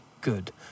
good